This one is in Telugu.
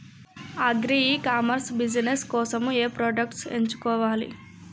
అగ్రి ఇ కామర్స్ బిజినెస్ కోసము ఏ ప్రొడక్ట్స్ ఎంచుకోవాలి?